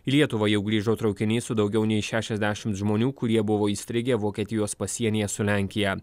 į lietuvą jau grįžo traukinys su daugiau nei šešiasdešimt žmonių kurie buvo įstrigę vokietijos pasienyje su lenkija